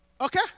okay